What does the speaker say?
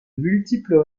multiples